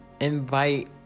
Invite